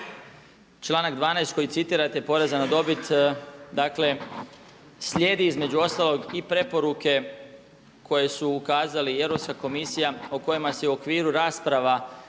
članak 12. koji citirate Poreza na dobit, dakle slijedi između ostalog i preporuke koje su ukazali i Europska komisija o kojima se i u okviru rasprava